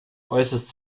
äußerst